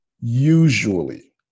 usually